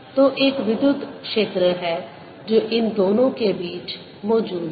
तो एक विद्युत क्षेत्र है जो इन दोनों के बीच मौजूद है